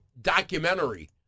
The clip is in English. documentary